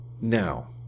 Now